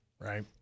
right